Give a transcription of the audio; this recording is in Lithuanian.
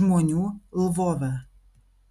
žmonių lvove